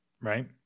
right